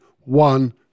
One